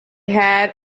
had